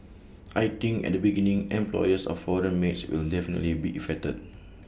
I think at the beginning employers of foreign maids will definitely be affected